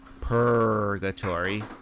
purgatory